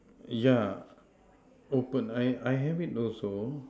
yeah open I I have it also